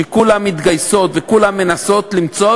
שכולן מתגייסות וכולן מנסות למצוא,